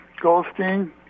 Goldstein